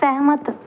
ਸਹਿਮਤ